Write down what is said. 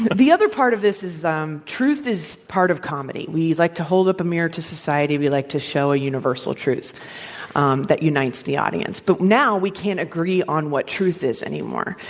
the other part of this is um truth is part of comedy. we like to hold up a mirror to society we like to show universal truth um that unites the audience, but now we can't agree on what truth is anymore.